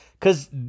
Cause